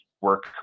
work